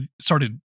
started